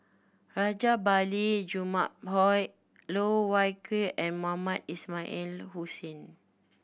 Rajabali Jumabhoy Loh Wai Kiew and Mohamed Ismail Hussain